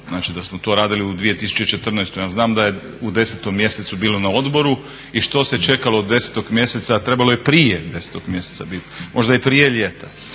znači da smo to radili u 2014. Ja znam da je u 10 mjesecu bilo na odboru i što se čekalo do 10 mjeseca, trebalo je prije 10 mjeseca biti, možda i prije ljeta.